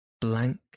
blank